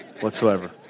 whatsoever